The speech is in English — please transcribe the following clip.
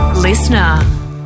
Listener